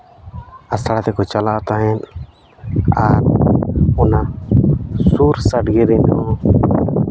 ᱟᱥᱲᱟ ᱛᱮᱠᱚ ᱪᱟᱞᱟᱜᱼᱟ ᱛᱟᱦᱮᱸᱫ ᱟᱨ ᱚᱱᱟ ᱥᱩᱨ ᱥᱟᱰᱜᱮ ᱨᱮᱦᱚᱸ